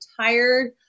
tired